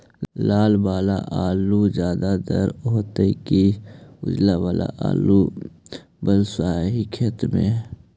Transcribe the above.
लाल वाला आलू ज्यादा दर होतै कि उजला वाला आलू बालुसाही खेत में?